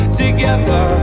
together